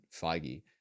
feige